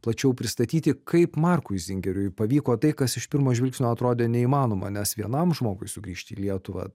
plačiau pristatyti kaip markui zingeriui pavyko tai kas iš pirmo žvilgsnio atrodė neįmanoma nes vienam žmogui sugrįžti į lietuvą